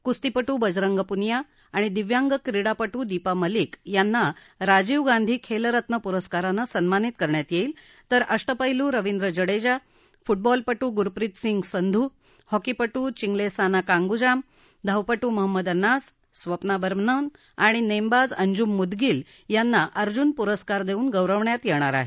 कुस्तीप्ट बजरंग पुनिया आणि दिव्यांग क्रीडाप्रिदीपा मलिक यांना राजीव गांधी खेलरत्न पुरस्कारानं सन्मानित करण्यात येईल तर अष्टपैलू रविंद्र जडेजा फु डॉलप ू गुरप्रितसिंग संधू हॉकीप ू चिंग्लेसाना कांगुजाम धावप ू महम्मद अनास स्वप्ना बर्मन आणि नेमबाज अंजूम मुदगील यांना अर्जून पुरस्कार देऊन गौरवण्यात येणार आहे